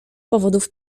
powodów